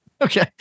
Okay